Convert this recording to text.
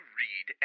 read